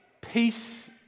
Peace